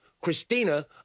Christina